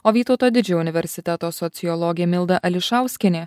o vytauto didžiojo universiteto sociologė milda ališauskienė